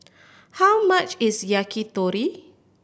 how much is Yakitori